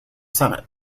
senate